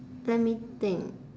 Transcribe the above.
let me think